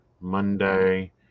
Monday